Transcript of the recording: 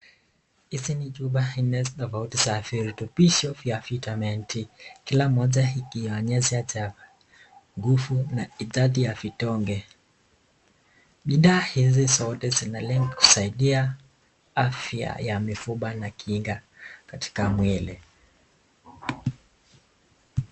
Hizi ni chupa nne za virutubisho vya vitamin D. Kila moja ikionyesha cha, nguvu na idadi ya vidonge. Bidhaa hizi zote zinalenga kusaidia afya ya mifupa na kinga katika mwili.